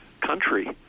country